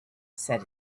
said